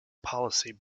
policy